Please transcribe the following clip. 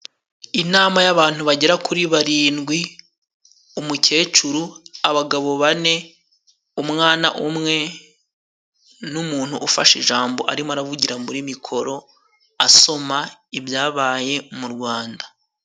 Inama y'abantu bagera kuri barindwi, umukecuru, abagabo bane, umwana umwe n'umuntu ufashe ijambo, ari mo aravugira muri mikoro, asoma ibyabaye mu Rwanda